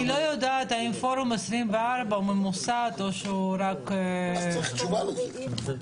אני לא יודעת האם פורום 24 הוא ממוסד או שהוא רק --- צריך תשובה לזה.